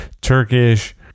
Turkish